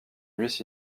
miss